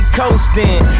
coasting